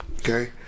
Okay